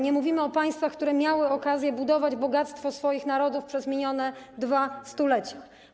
Nie mówimy o państwach, które miały okazję budować bogactwo swoich narodów przez minione dwa stulecia.